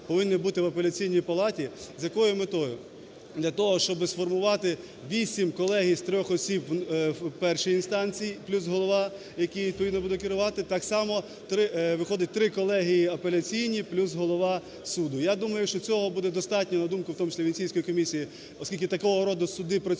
повинні бути в Апеляційній палаті. З якою метою? Для того, щоб сформувати 8 колегій з 3 осіб в першій інстанції, плюс голова, який відповідно буде керувати. Так само виходить три колегії апеляційні плюс голова суду. Я думаю, що цього буде достатньо, на думку в тому числі Венеційської комісії, оскільки такого роду суди працюють